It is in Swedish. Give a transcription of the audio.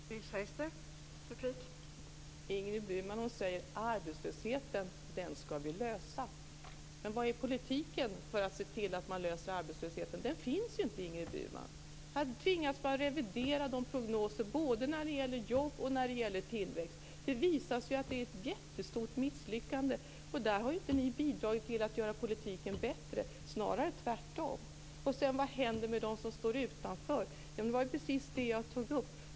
Fru talman! Ingrid Burman säger att vi skall lösa problemet med arbetslösheten. Men var är politiken för att lösa arbetslöshetsproblemet? Den finns ju inte, Ingrid Burman. Här tvingas man revidera prognoser både när det gäller jobb och när det gäller tillväxt. Det visar sig att det är ett jättestort misslyckande. Ni har inte bidragit till att göra politiken bättre, snarare tvärtom. Vad händer med dem som står utanför? Det var ju precis det jag tog upp.